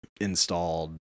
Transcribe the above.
installed